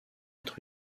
être